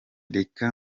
reka